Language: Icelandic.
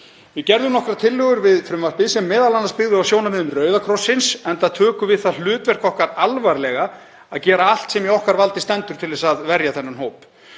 Við gerðum nokkrar tillögur við frumvarpið sem m.a. byggði á sjónarmiðum Rauða krossins, enda tökum við það hlutverk okkar alvarlega að gera allt sem í okkar valdi stendur til að verja þennan hóp.